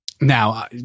now